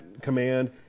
command